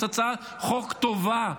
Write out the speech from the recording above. זאת הצעת חוק טובה,